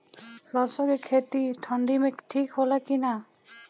सरसो के खेती ठंडी में ठिक होला कि ना?